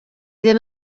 ddim